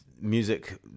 music